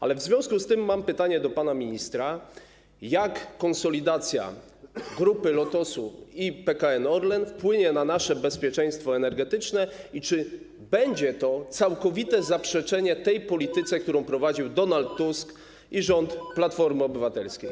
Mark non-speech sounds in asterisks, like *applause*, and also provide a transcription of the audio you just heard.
Ale w związku z tym mam pytanie do pana ministra: Jak konsolidacja Grupy Lotos i PKN Orlen wpłynie na nasze bezpieczeństwo energetyczne i czy będzie *noise* to całkowite zaprzeczenie tej polityki, którą prowadził Donald Tusk i rząd Platformy Obywatelskiej?